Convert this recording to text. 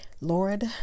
Lord